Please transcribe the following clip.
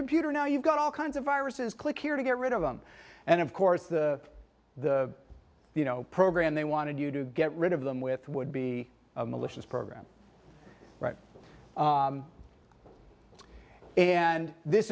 computer now you've got all kinds of viruses click here to get rid of them and of course the the program they wanted you to get rid of them with would be malicious program right and this